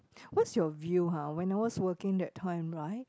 what's your view ha when I was working that time right